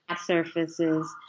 surfaces